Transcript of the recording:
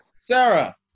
Sarah